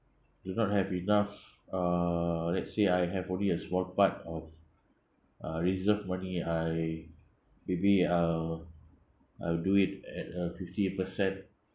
do not have enough uh let's say I have only a small part of uh reserve money I maybe uh I'll do it at uh fifty percent